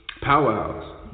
powerhouse